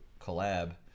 collab